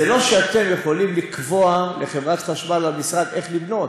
זה לא שאתם יכולים לקבוע לחברת חשמל או למשרד איך לבנות.